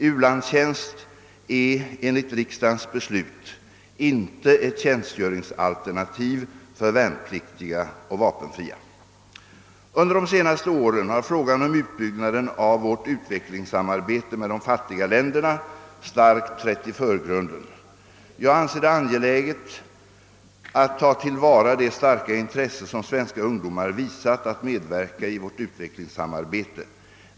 U-landtjänst än enligt riksdagens beslut inte ett tjänstgöringsalternativ för värnpliktiga och vapenfria. Under de senaste åren har frågan om utbyggnaden av vårt utvecklingssamarbete med de fattiga länderna starkt trätt i förgrunden. Jag anser det angeläget att ta till vara det starka intresse som svenska ungdomar visat att medverka i vårt utvecklingssamarbete.